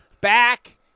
back